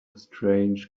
strange